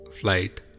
flight